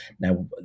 Now